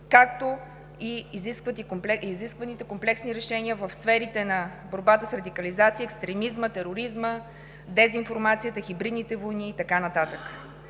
както и изискваните комплексни решения в сферите на борбата с радикализацията, екстремизма, тероризма, дезинформацията, хибридните войни и така нататък.